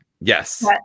Yes